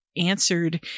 Answered